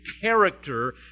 character